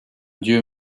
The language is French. dieu